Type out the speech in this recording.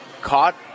caught